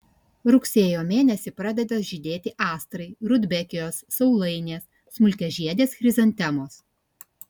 rugsėjo mėnesį pradeda žydėti astrai rudbekijos saulainės smulkiažiedės chrizantemos